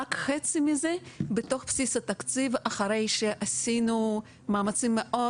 רק חצי מזה בתוך בסיס התקציב אחרי שעשינו מאמצים מאוד